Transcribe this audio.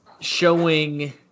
showing